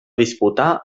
disputar